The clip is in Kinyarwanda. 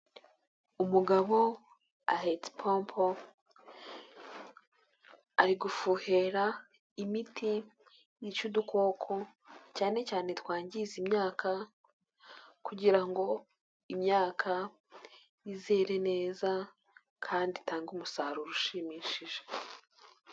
Umugabo ahetse ipombo ari gufuhera imiti yica udukoko cyane cyane twangiza imyaka, kugira ngo imyaka izere neza kandi itange umusaruro ushimishije.